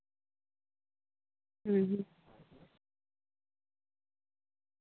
ᱦᱩᱸ ᱦᱩᱸ